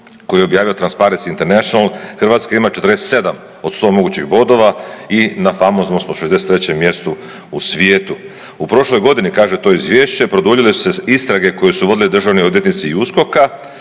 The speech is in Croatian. koje je objavio Transparens International, Hrvatska ima 47 od 100 mogućih bodova i na famoznom smo 63 mjestu u svijetu. U prošloj godini, kaže to izvješće, produljile su se istrage koje su vodili državni odvjetnici i USKOKA.